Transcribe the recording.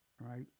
Right